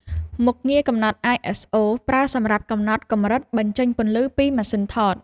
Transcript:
មុខងារកំណត់ អាយ អេស អូ ប្រើសម្រាប់កំណត់កម្រិត បញ្ចេញពន្លឺពីម៉ាស៊ីនថត។